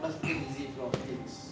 plus kita busy with a lot of things